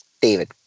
David